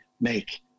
make